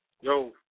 Yo